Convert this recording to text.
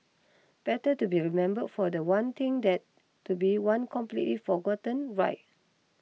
better to be remembered for that one thing than to be one completely forgotten right